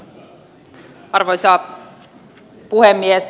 arvoisa puhemies